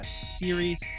series